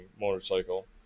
motorcycle